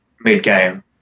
mid-game